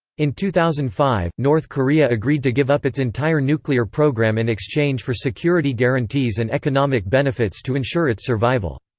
in two thousand and five, north korea agreed to give up its entire nuclear program in exchange for security guarantees and economic benefits to ensure its survival.